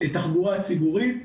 תחבורה ציבורית.